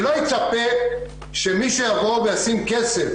שלא יצפה שמי שיבוא וישים כסף